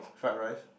fried rice